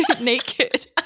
naked